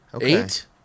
eight